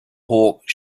hawk